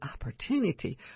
opportunity